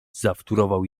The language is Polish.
zawtórował